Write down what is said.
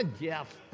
Jeff